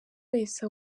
wese